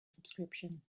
subscription